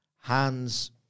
hands